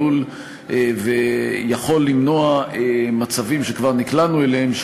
עלול ויכול למנוע מצבים שכבר נקלענו אליהם,